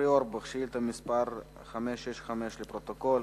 אורי אורבך, שאילתא מס' 565, לפרוטוקול.